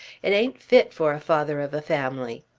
it ain't fit for a father of a family.